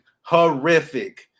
horrific